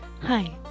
Hi